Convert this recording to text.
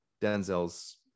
denzel's